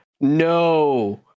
no